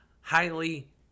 highly